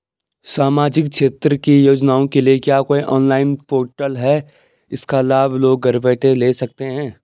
सामाजिक क्षेत्र की योजनाओं के लिए क्या कोई ऑनलाइन पोर्टल है इसका लाभ लोग घर बैठे ले सकते हैं?